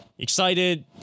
Excited